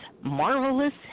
Marvelous